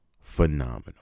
Phenomenal